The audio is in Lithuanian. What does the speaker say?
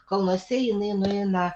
kalnuose jinai nueina